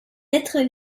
êtres